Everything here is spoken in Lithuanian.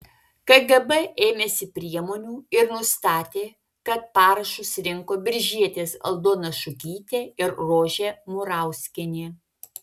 kgb ėmėsi priemonių ir nustatė kad parašus rinko biržietės aldona šukytė ir rožė murauskienė